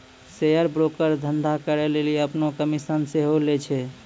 share broker धंधा करै लेली अपनो कमिशन सेहो लै छै